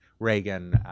Reagan